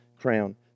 crown